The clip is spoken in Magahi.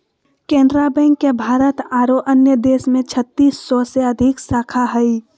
केनरा बैंक के भारत आरो अन्य देश में छत्तीस सौ से अधिक शाखा हइ